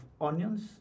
onions